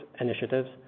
initiatives